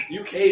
UK